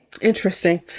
Interesting